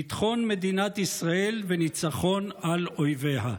ביטחון מדינת ישראל וניצחון על אויביה.